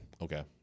Okay